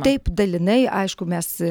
taip dalinai aišku mes